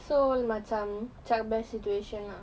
so macam child best situation ah